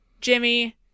Jimmy